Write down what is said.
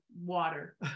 water